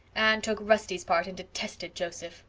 anne took rusty's part and detested joseph.